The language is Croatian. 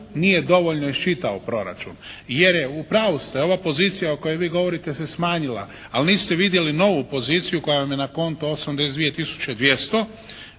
nije dovoljno iščitao proračun jer je u pravu ste, ova pozicija o kojoj vi govorite se smanjila, ali niste vidjeli novu poziciju koja vam je na kontu 82